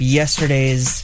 yesterday's